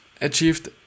achieved